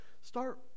Start